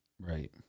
Right